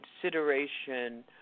consideration